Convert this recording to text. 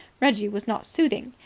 reggie was not soothing.